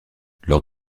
lors